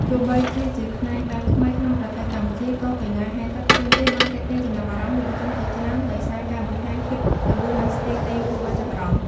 ទោះបីជាជាផ្នែកបែបថ្មីក្នុងប្រទេសកម្ពុជា ក៏កីឡាហែលទឹកជើងទាបានទាក់ទាញចំណាប់អារម្មណ៍យុវជនជាច្រើន ដោយសារការបង្ហាញភាពលឿន និងស្ទីលលេងគួរឱ្យចាប់អារម្មណ៍។